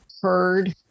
heard